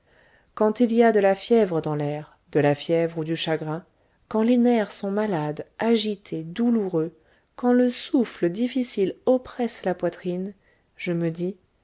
quand il y a de la fièvre dans l'air de la fièvre ou du chagrin quand les nerfs sont malades agités douloureux quand le souffle difficile oppresse la poitrine je me dis